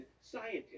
scientists